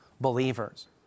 believers